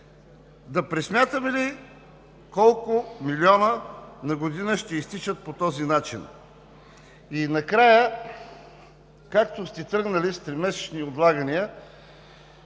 Да пресмятаме ли колко милиона на година ще изтичат по този начин? Накрая, както сте тръгнали с тримесечните отлагания,